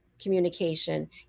communication